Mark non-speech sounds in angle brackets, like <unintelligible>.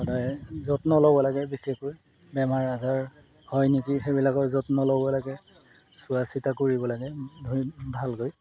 সদায় যত্ন ল'ব লাগে বিশেষকৈ বেমাৰ আজাৰ হয় নেকি সেইবিলাকৰ যত্ন ল'ব লাগে চোৱাচিতা কৰিব লাগে <unintelligible> ভালকৈ